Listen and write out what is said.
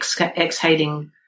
exhaling